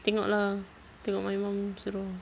tengok lah tengok my mum suruh